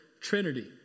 trinity